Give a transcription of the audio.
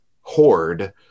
horde